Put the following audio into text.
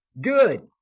Good